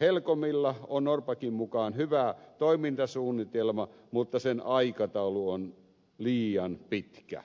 helcomilla on norrbackin mukaan hyvä toimintasuunnitelma mutta sen aikataulu on liian pitkä